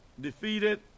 defeated